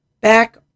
Back